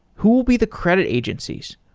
who will be the credit agencies?